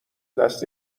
دست